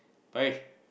five